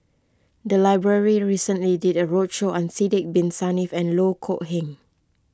the library recently did a roadshow on Sidek Bin Saniff and Loh Kok Heng